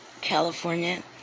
California